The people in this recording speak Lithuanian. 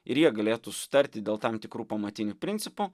ir jie galėtų susitarti dėl tam tikrų pamatinių principų